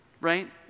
right